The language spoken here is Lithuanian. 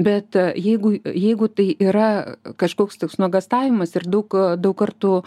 bet jeigu jeigu tai yra kažkoks toks nuogąstavimas ir daug daug kartų